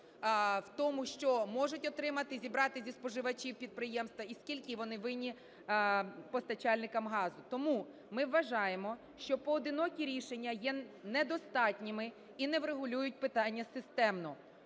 в тому, що можуть отримати, зібрати зі споживачів підприємства, і скільки вони винні постачальникам газу. Тому ми вважаємо, що поодинокі рішення є недостатніми і не врегулюють питання системно.